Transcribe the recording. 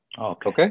Okay